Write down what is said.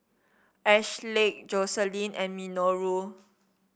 Ashleigh Joseline and Minoru